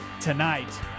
tonight